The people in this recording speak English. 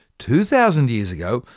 two thousand years ago,